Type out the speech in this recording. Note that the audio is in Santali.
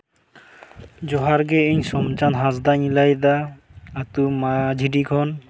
ᱡᱚᱦᱟᱨ ᱜᱮ ᱤᱧ ᱥᱳᱢᱪᱟᱸᱫᱽ ᱦᱟᱸᱥᱫᱟᱧ ᱞᱟᱹᱭᱫᱟ ᱟᱹᱛᱩ ᱢᱟᱹᱡᱷᱤᱰᱤ ᱠᱷᱚᱱ